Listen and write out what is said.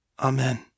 Amen